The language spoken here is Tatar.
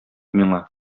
миңа